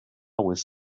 was